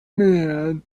man